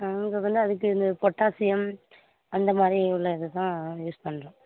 நாங்கள் வந்து அதுக்கு இந்த பொட்டாசியம் அந்தமாதிரி உள்ள இது தான் யூஸ் பண்ணுறோம்